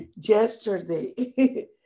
yesterday